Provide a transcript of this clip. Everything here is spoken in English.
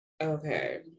Okay